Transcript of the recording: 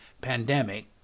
pandemic